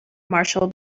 marshall